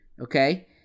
okay